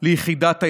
ליחידת הימל"ח.